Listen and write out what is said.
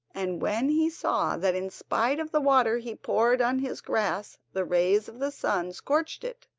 and when he saw that in spite of the water he poured on his grass the rays of the sun scorched it,